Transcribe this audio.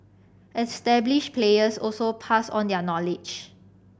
established players also pass on their knowledge